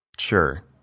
sure